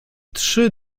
trzy